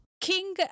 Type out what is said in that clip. King